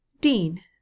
Dean